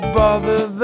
bother